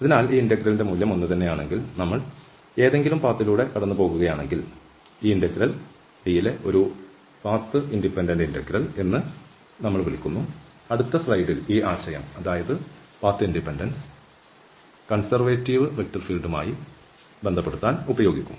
അതിനാൽ ഈ ഇന്റഗ്രൽ ഒന്നുതന്നെയാണെങ്കിൽ നമ്മൾ ഏതെങ്കിലും പാത്ത് ലൂടെ കടന്നുപോകുകയാണെങ്കിൽ ഈ ഇന്റഗ്രൽ D യിലെ ഒരു പാത്ത് ഇൻഡിപെൻഡന്റ് ഇന്റഗ്രൽ എന്ന് നമ്മൾ വിളിക്കുന്നു അടുത്ത സ്ലൈഡിൽ ഈ ആശയം അതായത് പാത്ത് സ്വാതന്ത്ര്യം കൺസർവേറ്റീവ് വെക്റ്റർ ഫീൽഡുമായി ബന്ധപ്പെടുത്താൻ ഉപയോഗിക്കും